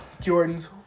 Jordans